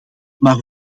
maar